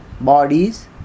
bodies